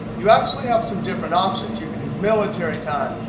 you actually have some different options. you can do military time,